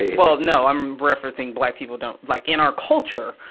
well, no, i'm referencing black people don't like in our culture,